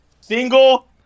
Single